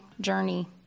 journey